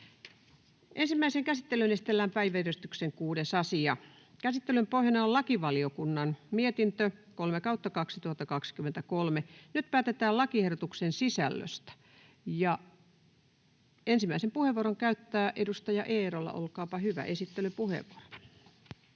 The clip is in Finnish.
Ensimmäiseen käsittelyyn esitellään päiväjärjestyksen 6. asia. Käsittelyn pohjana on lakivaliokunnan mietintö LaVM 3/2023 vp. Nyt päätetään lakiehdotuksen sisällöstä. — Ensimmäisen puheenvuoron käyttää edustaja Eerola, esittelypuheenvuoro,